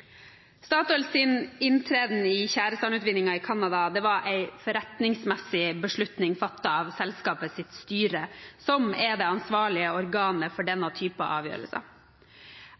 Statoil har som mål å redusere CO2-intensiteten på tjæresandutvinningen med 45 pst. innen 2025 og vannforbruket med 40 pst. innen 2020. Statoils inntreden i tjæresandutvinningen i Canada var en forretningsmessig beslutning fattet av selskapets styre, som er det ansvarlige organet for denne typen avgjørelser.